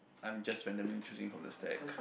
I'm just randomly choosing from the stack